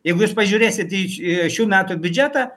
jeigu jūs pažiūrėsit į š šių metų biudžetą